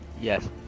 Yes